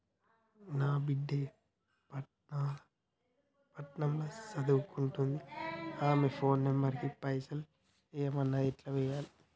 నా బిడ్డే పట్నం ల సదువుకుంటుంది ఆమె ఫోన్ నంబర్ కి పైసల్ ఎయ్యమన్నది ఎట్ల ఎయ్యాలి?